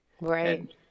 Right